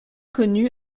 connu